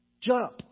Jump